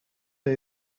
day